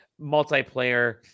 multiplayer